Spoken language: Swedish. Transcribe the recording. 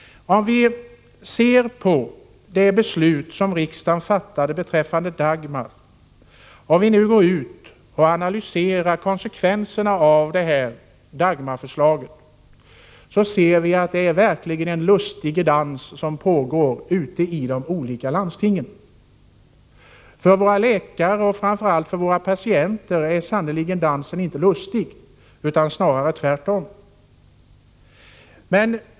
Om vi nu analyserar konsekvenserna av det beslut riksdagen fattade med anledning av Dagmarförslaget, ser vi att det verkligen är en lustiger dans som pågår i de olika landstingen. För våra läkare och framför allt för våra patienter är dansen sannerligen inte lustig, utan snarare tvärtom.